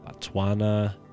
Botswana